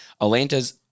Atlanta's